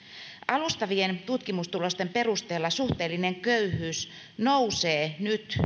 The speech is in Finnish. alustavien tutkimustulosten perusteella suhteellinen köyhyys nousee nyt